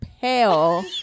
pale